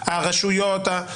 הרשויות וכולי.